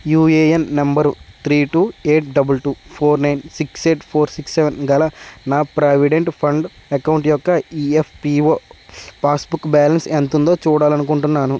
UAN number three two eight double two four nine six eight four six seven గల నా provident fund account యొక్క EPFO passbook balance ఎంత ఉందో చూడాలని అనుకుంటున్నాను